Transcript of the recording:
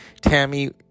Tammy